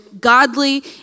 Godly